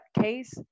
case